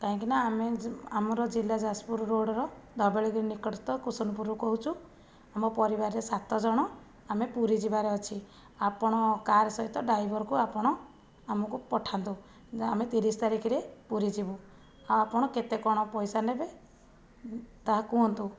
କାହିଁକି ନା ଆମେ ଆମର ଜିଲ୍ଲା ଯାଜପୁର ରୋଡ଼ର ଧବଳଗିରି ନିକଟସ୍ଥ କୁସୁନୁପୁର କହୁଛୁ ଆମ ପରିବାରରେ ସାତ ଜଣ ଆମେ ପୁରୀ ଯିବାର ଅଛି ଆପଣ କାର୍ ସହିତ ଡ୍ରାଇଭରକୁ ଆପଣ ଆମକୁ ପଠାନ୍ତୁ ଯା ଆମେ ତିରିଶ ତାରିଖରେ ପୁରୀ ଯିବୁ ଆ ଆପଣ କେତେ କ'ଣ ପଇସା ନେବେ ତାହା କୁହନ୍ତୁ